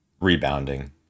rebounding